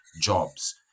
jobs